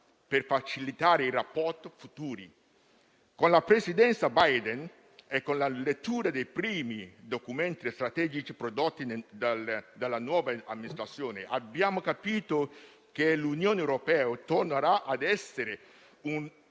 per facilitare i rapporti futuri. Con la presidenza Biden e la lettura dei primi documenti strategici prodotti dalla nuova amministrazione, abbiamo capito che l'Unione europea tornerà a essere